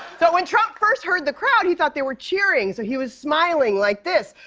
so when trump first heard the crowd, he thought they were cheering, so he was smiling like this.